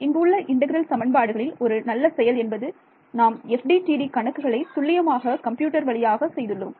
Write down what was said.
இங்கு உள்ள இன்டெக்ரல் சமன்பாடுகளில் ஒரு நல்ல செயல் என்பது நாம் FDTD கணக்குகளை துல்லியமாக கம்ப்யூட்டர் வழியாக செய்துள்ளோம்